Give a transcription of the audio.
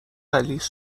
غلیظ